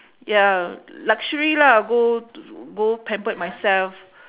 ya luxury lah go to go pamper myself